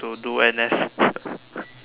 to do N_S